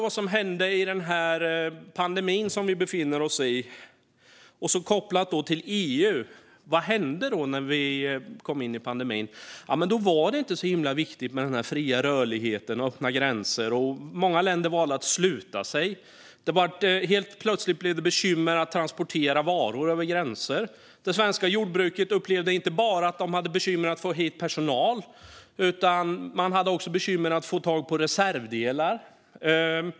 När det gäller den pandemi vi befinner oss i, kopplat till EU - vad hände när vi kom in i pandemin? Ja, då var det tydligen inte så himla viktigt med fri rörlighet och öppna gränser. Många länder valde att sluta sig. Helt plötsligt blev det bekymmer att transportera varor över gränser. Det svenska jordbruket upplevde inte bara att de hade bekymmer att få hit personal, utan man hade också bekymmer att få tag på reservdelar.